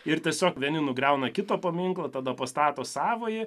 ir tiesiog vieni nugriauna kito paminklo tada pastato savąjį